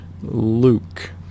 Luke